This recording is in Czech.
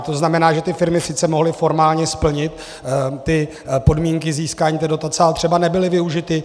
To znamená, že ty firmy sice mohly formálně splnit podmínky získání dotace, ale třeba nebyly využity.